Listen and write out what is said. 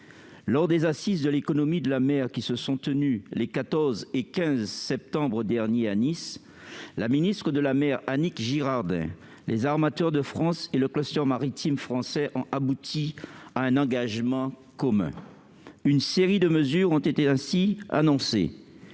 Lors des Assises de l'économie de la mer, qui se sont tenues les 14 et 15 septembre derniers à Nice, la ministre de la mer, Annick Girardin, les armateurs de France et le Cluster maritime français ont pris un engagement commun. Une série de mesures ont ainsi été annoncées.